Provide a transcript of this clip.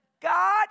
God